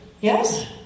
Yes